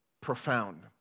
profound